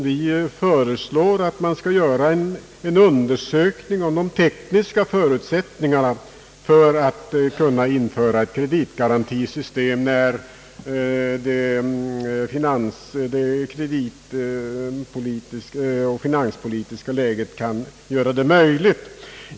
Vi föreslår en undersökning av de tekniska förutsättningarna för att införa ett kreditgarantisystem, när det kreditpolitiska och finanspolitiska läget kan göra det möjligt.